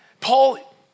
Paul